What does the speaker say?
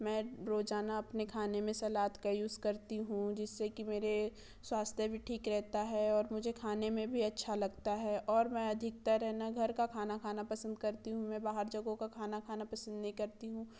मैं रोज़ाना अपने खाने में सलाद का यूज़ करती हूँ जिससे कि मेरे स्वास्थ्य भी ठीक रहता है और मुझे खाने में भी अच्छा लगता है और मैं अधिकतर है ना घर का खाना खाना पसंद करती हूँ मैं बाहर जगहों का खाना पसंद नहीं करती हूँ